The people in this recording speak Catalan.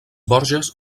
borges